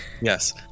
yes